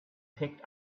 picked